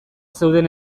zeuden